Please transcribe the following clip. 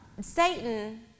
Satan